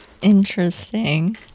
Interesting